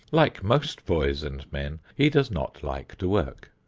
like most boys and men, he does not like to work.